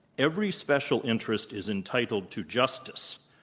every special interest is entitled to justice,